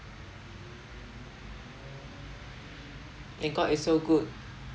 and god is so good